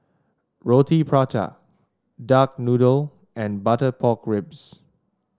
Roti Prata Duck Noodle and Butter Pork Ribs